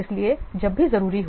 इसलिए जब भी जरूरी हो